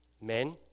Men